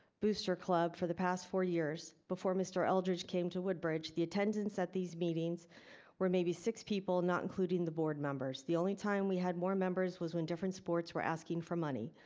booster club for the past four years before mr. eldredge came to woodbridge. the attendance at these meetings were maybe six people not including the board members. the only time we had more members was when different sports were asking for money.